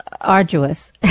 arduous